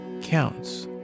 counts